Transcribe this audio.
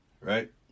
Right